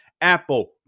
Apple